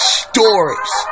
stories